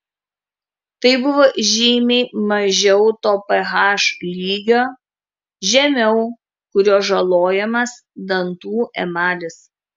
tai buvo žymiai mažiau to ph lygio žemiau kurio žalojamas dantų emalis